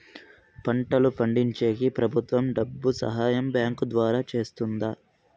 పంటలు పండించేకి ప్రభుత్వం డబ్బు సహాయం బ్యాంకు ద్వారా చేస్తుందా?